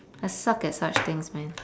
I suck at such things man